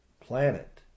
planet